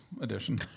edition